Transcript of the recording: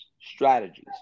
strategies